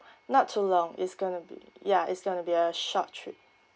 not too long it's going to be ya is going to be a short trip